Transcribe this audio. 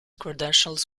credentials